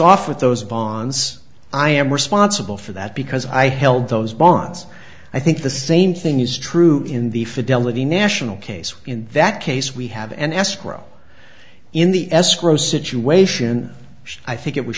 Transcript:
off with those bonds i am responsible for that because i held those bonds i think the same thing is true in the fidelity national case in that case we have an escrow in the escrow situation i think it was